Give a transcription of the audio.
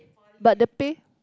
but the pay